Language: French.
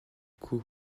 coup